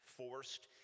forced